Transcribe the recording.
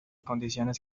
condiciones